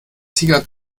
tiger